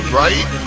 right